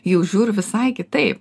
jau žiūriu visai kitaip